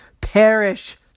perish